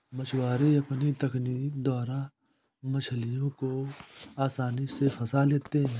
मछुआरे अपनी तकनीक द्वारा मछलियों को आसानी से फंसा लेते हैं